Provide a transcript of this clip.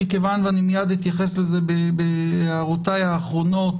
מכיוון ואני מייד אתייחס לזה בהערותיי האחרונות